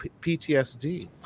PTSD